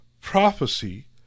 prophecy